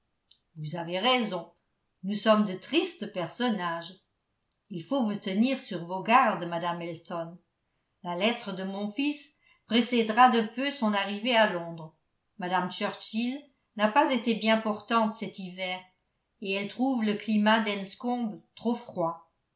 vous avez raison nous sommes de tristes personnages il faut vous tenir sur vos gardes madame elton la lettre de mon fils précédera de peu son arrivée à londres mme churchill n'a pas été bien portante cet hiver et elle trouve le climat d'enscombe trop froid